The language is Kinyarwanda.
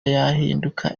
yahinduka